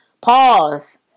pause